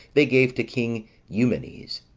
they gave to king eumenes.